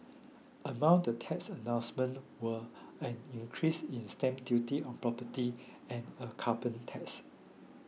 among the tax announcements were an increase in stamp duty on property and a carbon tax